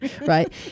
right